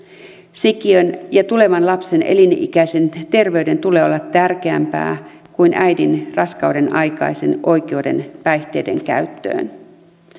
sikiön ja tulevan lapsen elinikäisen terveyden tulee olla tärkeämpää kuin äidin raskaudenaikaisen oikeuden päihteiden käyttöön